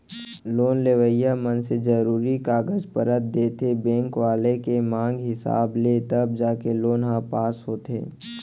loan लेवइया मनसे जरुरी कागज पतर देथे बेंक वाले के मांग हिसाब ले तब जाके लोन ह पास होथे